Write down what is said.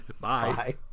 Bye